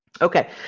Okay